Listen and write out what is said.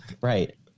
right